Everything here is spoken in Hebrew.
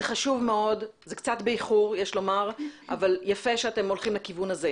אני מאוד שמחה לפתוח את דיוני הוועדה הזאת בכנסת ה-23.